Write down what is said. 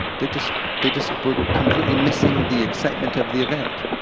they just they just were completely missing the excitement of the event.